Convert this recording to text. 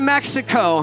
Mexico